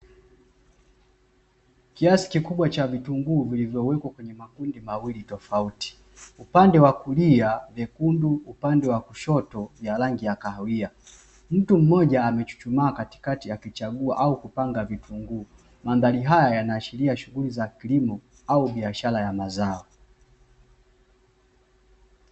Kiasi kikubwa cha vitunguu kilichowekwa kwenye makundi mawili tofauti upande wa kulia mekundu, upande wa kushoto ya rangi ya kahawia. Mtu mmoja amechuchumaa katikati akichambua au kupangia vitunguu, mandhari haya yanaashiria shughuli za kilimo au biashara za mazao.